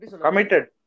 Committed